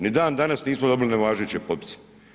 Ni dan danas nismo dobili nevažeće potpise.